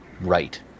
right